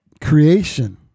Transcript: creation